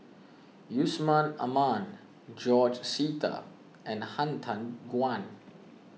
Yusman Aman George Sita and Han Tan Juan